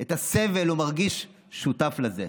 את הסבל או מרגיש שותף לזה,